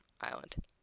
island